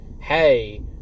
hey